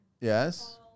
Yes